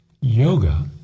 yoga